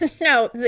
No